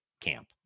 Camp